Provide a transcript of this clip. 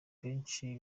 benshi